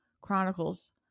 chronicles